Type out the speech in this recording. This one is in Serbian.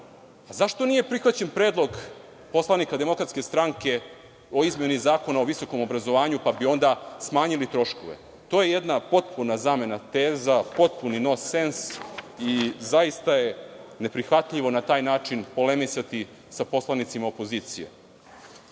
Zašto nije prihvaćen predlog poslanika DS o Izmeni zakona o visokom obrazovanju, pa bi onda smanjili troškove. To je jedna potpuna zamena teza, potpuni nonsens i zaista je neprihvatljivo na taj način polemisati sa poslanicima opozicije. Gospodine